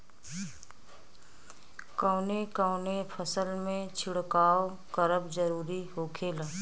कवने कवने फसल में छिड़काव करब जरूरी होखेला?